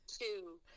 two